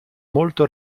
molto